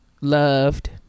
loved